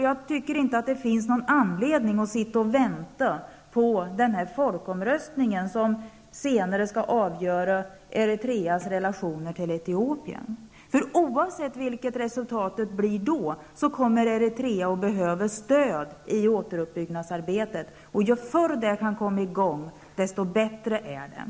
Jag tycker inte att det finns någon anledning att sitta och vänta på folkomröstningen som senare skall avgöra Eritreas relationer till Etiopien. Oavsett vilket resultatet blir då, kommer Eritrea att behöva stöd i återuppbyggnadsarbetet. Ju förr det kan komma i gång, desto bättre är det.